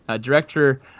director